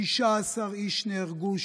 16 איש נהרגו,